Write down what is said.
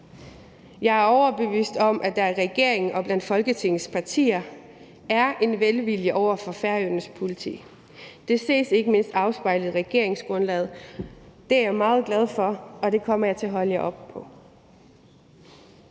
Jeg er overbevist om, at der i regeringen og blandt Folketingets partier er en velvilje over for Færøernes politi. Det ses ikke mindst afspejlet i regeringsgrundlaget. Det er jeg meget glad for, og det kommer jeg til at holde jer op på.